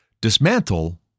dismantle